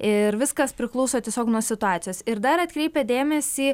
ir viskas priklauso tiesiog nuo situacijos ir dar atkreipia dėmesį